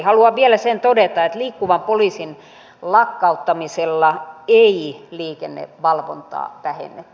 haluan vielä sen todeta että liikkuvan poliisin lakkauttamisella ei liikennevalvontaa vähennetty